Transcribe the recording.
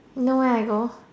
you know where I go